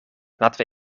laten